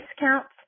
discounts